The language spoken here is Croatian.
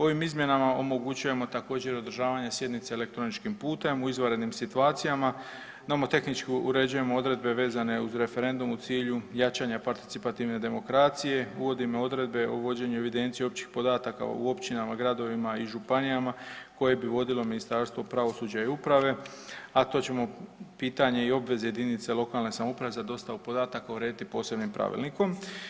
Ovim izmjenama omogućujemo također održavanje sjednice elektroničkim putem u izvanrednim situacijama, nomotehnički uređujemo odredbe vezane uz referendum u cilju jačanja parcipativne demokracije, uvodimo odredbe o vođenju evidencije općih podataka u općinama, gradovima i županijama koje bi vodilo Ministarstvo pravosuđa i uprave, a to ćemo pitanje i obveze jedinice lokalne samouprave za dostavu podataka urediti posebnim pravilnikom.